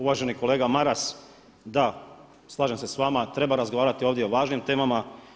Uvaženi kolega Maras, da slažem se s vama treba razgovarati ovdje o važnim temama.